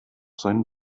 sein